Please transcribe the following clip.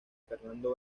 fernando